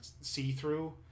see-through